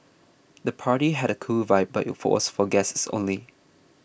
the party had a cool vibe but you for was for guests only